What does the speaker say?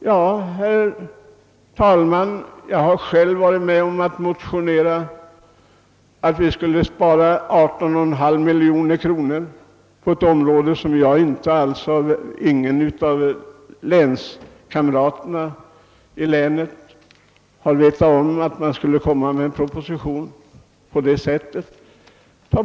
Ja, jag har själv varit med om att motionera om att vi skulle spara 18,5 miljoner på ett område — ingen av mina länskamrater visste att det skulle komma en proposition i den frågan.